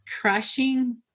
crushing